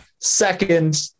second